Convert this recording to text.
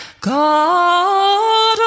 God